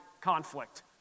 conflict